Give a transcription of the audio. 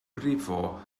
brifo